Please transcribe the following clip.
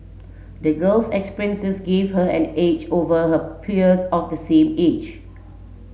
the girl's experiences gave her an edge over her peers of the same age